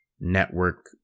network